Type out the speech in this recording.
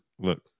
look